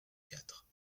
quatre